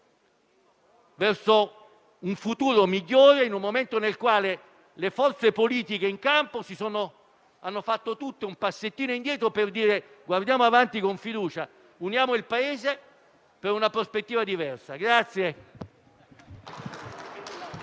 verso un futuro migliore, in un momento nel quale le forze politiche in campo hanno fatto tutte un passettino indietro per guardare avanti con fiducia e unire il Paese per una prospettiva diversa.